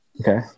Okay